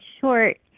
short